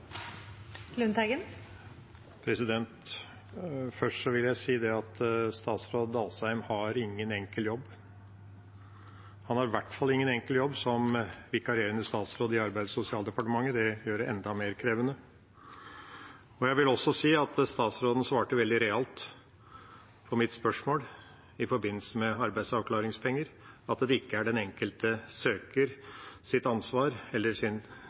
Først vil jeg si at statsråd Asheim har ingen enkel jobb. Han har i hvert fall ingen enkel jobb som vikarierende statsråd i Arbeids- og sosialdepartementet, det gjør det enda mer krevende. Jeg vil også si at statsråden svarte veldig realt på mitt spørsmål i forbindelse med arbeidsavklaringspenger, at det ikke er den enkelte søkers ansvar – eller